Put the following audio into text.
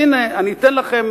הנבואה